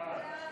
ההצעה